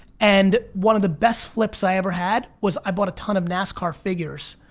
and one of the best flips i ever had was i bought a ton of nascar figures,